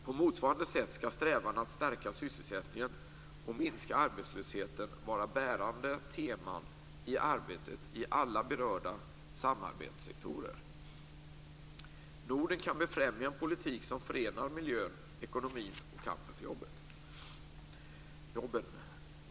På motsvarande sätt skall strävan att stärka sysselsättningen och minska arbetslösheten vara bärande teman i arbetet i alla berörda samarbetssektorer. Norden kan befrämja en politik som förenar miljön, ekonomin och kampen för jobben.